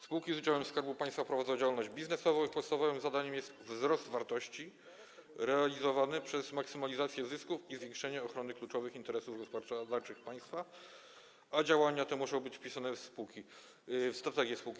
Spółki z udziałem Skarbu Państwa prowadzą działalność biznesową, ich podstawowym zadaniem jest wzrost wartości realizowany przez maksymalizację zysków i zwiększenie ochrony kluczowych interesów gospodarczych państwa, a działania te muszą być wpisane w strategię spółki.